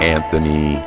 Anthony